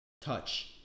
touch